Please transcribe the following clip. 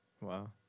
Wow